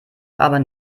aber